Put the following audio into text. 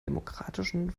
demokratischen